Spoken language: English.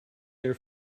their